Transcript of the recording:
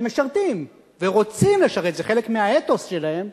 שמשרתים, ורוצים לשרת, זה חלק מהאתוס שלהם,